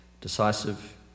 Decisive